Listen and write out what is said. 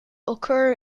occur